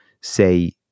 say